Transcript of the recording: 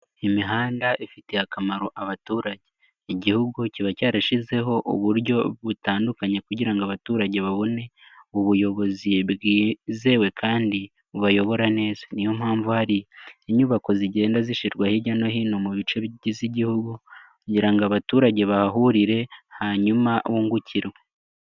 Imihanda ifitiye akamaro abaturage. Igihugu kiba cyarashyizeho uburyo butandukanye kugira ngo abaturage babone ubuyobozi bwizewe kandi bubayobora neza. Niyo mpamvu hari inyubako zigenda zishyirwa hirya no hino mu bice bigize igihugu, kugira ngo abaturage bahahurire hanyuma bungukirwe.